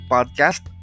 Podcast